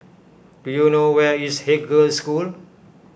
do you know where is Haig Girls' School